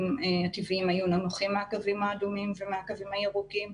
הטבעיים היו נמוכים מהקווים האדומים ומהקווים הירוקים,